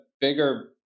bigger